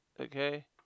Okay